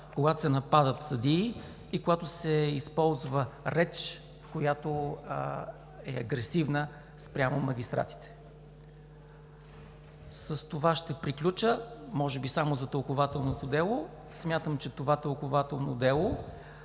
когато се нападат съдии и когато се използва реч, която е агресивна спрямо магистратите. С това ще приключа. Може би само за тълкувателното дело – смятам, че то беше важно за